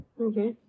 Okay